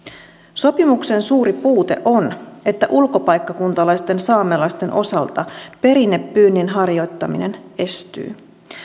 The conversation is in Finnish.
sopimuksen suuri puute on että ulkopaikkakuntalaisten saamelaisten osalta perinnepyynnin harjoittaminen estyy